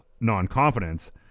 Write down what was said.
non-confidence